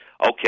okay